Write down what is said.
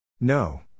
No